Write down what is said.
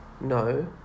no